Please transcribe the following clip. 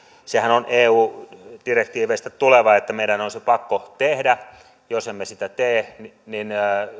on eu direktiiveistä tuleva meidän on se pakko tehdä jos emme sitä tee niin